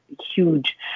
huge